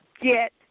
get